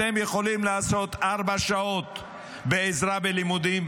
אתם יכולים לעשות ארבע שעות בעזרה בלימודים?